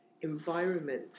environment